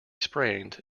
strained